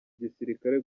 gisirikare